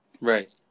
Right